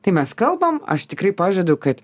tai mes kalbam aš tikrai pažadu kad